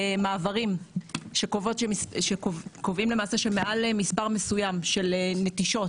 מעברים שקובעים למעשה שמעל מספר מסוים של נטישות,